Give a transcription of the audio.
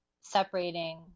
separating